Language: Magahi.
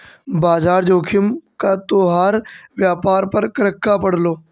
बाजार जोखिम का तोहार व्यापार पर क्रका पड़लो